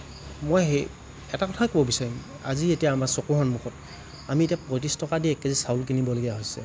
মই সেই এটা কথাই ক'ব বিচাৰিম আজি এতিয়া আমাৰ চকুৰ সন্মুখত আমি এতিয়া পয়ত্ৰিছ টকা দি এক কেজি চাউল কিনিবলগীয়া হৈছে